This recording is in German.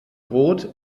rot